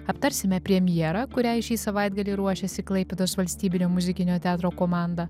aptarsime premjerą kuriai šį savaitgalį ruošiasi klaipėdos valstybinio muzikinio teatro komanda